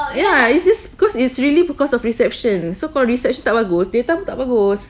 ya it's just cause it's really because of reception so-called research tak bagus data pun tak bagus